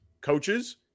coaches